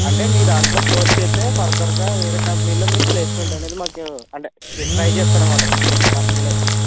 అంటే మీ దాంట్లో కోర్సు చేస్తే ఫర్దర్గా వేరే కంపెనీలో ప్లేసెమెంట్ అనేది మాకు అంటే ట్రై చేస్తారు అన్నట్టు కంపెనీలు అవి తీసుకొచ్చి